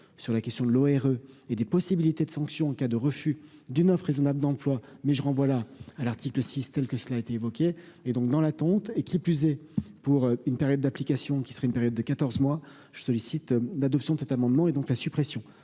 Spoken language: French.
sur la question de l'eau et des possibilités de sanctions en cas de refus du neuf raisonnables d'emploi mais je renvoie là à l'article 6, telle que cela a été évoqué, et donc dans l'attente et qui plus est, pour une période d'application qui serait une période de 14 mois je sollicite d'adoption de cet amendement et donc la suppression